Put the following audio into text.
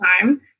time